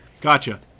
Gotcha